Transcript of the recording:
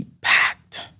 packed